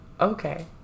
Okay